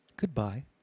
Goodbye